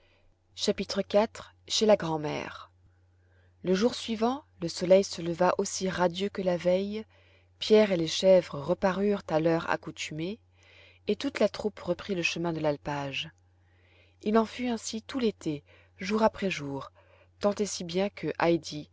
chapitre iv chez la grand'mère le jour suivant le soleil se leva aussi radieux que la veille pierre et les chèvres reparurent à l'heure accoutumée et toute la troupe reprit le chemin de l'alpage il en fut ainsi tout l'été jour après jour tant et si bien que heidi